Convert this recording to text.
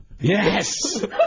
Yes